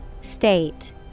State